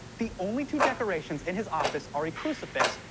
the only two decorations in his office or a crucifix,